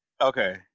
Okay